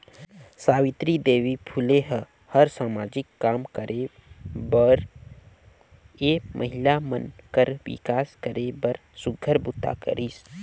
सावित्री देवी फूले ह हर सामाजिक काम करे बरए महिला मन कर विकास करे बर सुग्घर बूता करिस